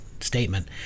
statement